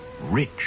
rich